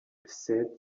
said